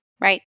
Right